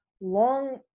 long